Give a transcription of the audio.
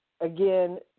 again